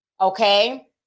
okay